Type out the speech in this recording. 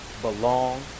belong